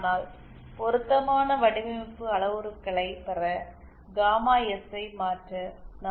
ஆனால் பொருத்தமான வடிவமைப்பு அளவுருக்களைப் பெற காமா எஸ் ஐ மாற்ற நம்மால் இயலும்